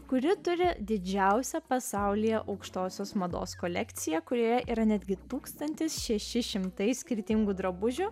kuri turi didžiausią pasaulyje aukštosios mados kolekciją kurioje yra netgi tūkstantis šeši šimtai skirtingų drabužių